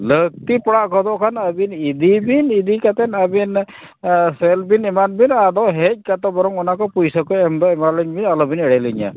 ᱞᱟᱹᱠᱛᱤ ᱯᱟᱲᱟᱣ ᱜᱚᱫᱚᱜ ᱠᱷᱟᱱ ᱟᱵᱤᱱ ᱤᱫᱤᱭᱵᱤᱱ ᱤᱫᱤ ᱠᱟᱛᱮᱫ ᱟᱵᱤᱱ ᱥᱮ ᱞ ᱵᱤᱱ ᱮᱢᱟᱫᱵᱤᱱ ᱟᱫᱚ ᱦᱮᱡ ᱠᱟᱛᱮᱫ ᱵᱚᱨᱚᱝ ᱚᱱᱟᱠᱚ ᱯᱩᱭᱥᱟᱹᱠᱚ ᱮᱢᱫᱚ ᱮᱢᱟᱞᱤᱧᱵᱤᱱ ᱟᱞᱚᱵᱤᱱ ᱮᱲᱮᱞᱤᱧᱟᱹ